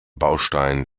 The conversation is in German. baustein